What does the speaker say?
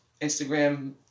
instagram